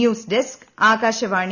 news desk Akashvani